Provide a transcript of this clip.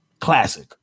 Classic